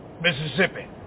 Mississippi